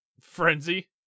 Frenzy